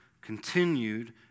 continued